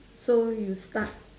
so you start